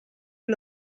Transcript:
you